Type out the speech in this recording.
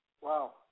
Wow